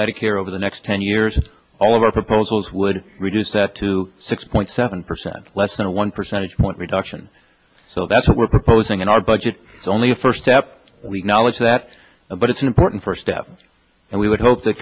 medicare over the next ten years all of our proposals would reduce that to six point seven percent less than one percentage point reduction so that's what we're proposing in our budget is only a first step knowledge that but it's an important first step and we would hope that